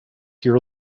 your